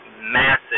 massive